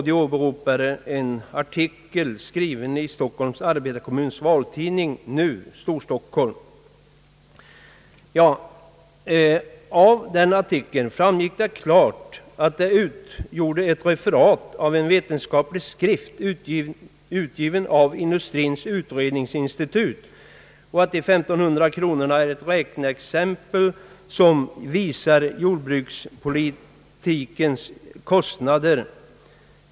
De åberopade en artikel skriven i Stockholms arbetarekommuns valtidning >»Nu — Storstockholm». Av denna artikel framgick klart att den utgjorde ett referat av en vetenskaplig skrift, utgiven av Industrins utredningsinstitut, och att de 1500 kronorna är ett räkneexempel, som visar jordbrukspolitikens kostnader.